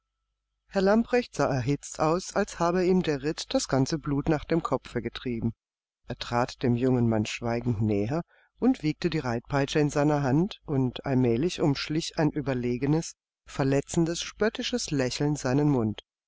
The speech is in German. herr lamprecht sah erhitzt aus als habe ihm der ritt das ganze blut nach dem kopfe getrieben er trat dem jungen mann schweigend näher und wiegte die reitpeitsche in seiner hand und allmählich umschlich ein überlegenes verletzendes spöttisches lächeln seinen mund